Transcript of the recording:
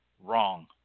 Wrong